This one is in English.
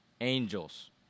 Angels